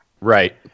Right